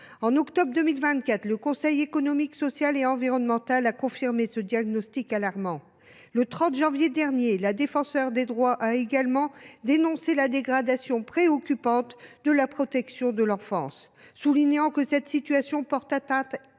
En octobre 2024, le Conseil économique, social et environnemental (Cese) a confirmé ce diagnostic alarmant. Le 28 janvier dernier, la Défenseure des droits a également dénoncé la dégradation préoccupante de la protection de l’enfance, soulignant que cette situation portait atteinte